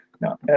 no